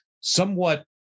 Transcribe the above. somewhat